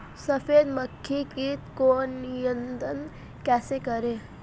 सफेद मक्खी कीट को नियंत्रण कैसे करें?